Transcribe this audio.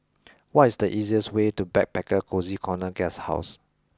what is the easiest way to Backpacker Cozy Corner Guesthouse